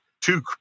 two